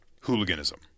hooliganism